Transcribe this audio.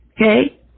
okay